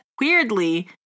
weirdly